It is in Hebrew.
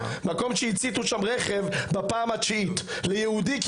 מקום שהציתו שם רכב בפעם התשיעית ליהודי,